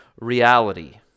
reality